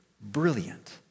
brilliant